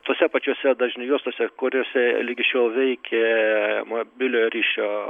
tose pačiose dažnių juostose kuriose ligi šio veikė mobiliojo ryšio